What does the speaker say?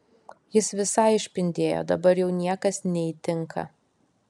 jis visai išpindėjo dabar jau niekas neįtinka